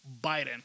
biden